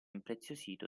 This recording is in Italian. impreziosito